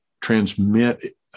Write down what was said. transmit